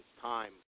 time